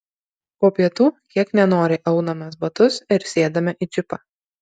po pietų kiek nenoriai aunamės batus ir sėdame į džipą